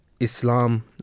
Islam